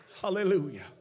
Hallelujah